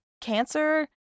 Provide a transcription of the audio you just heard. cancer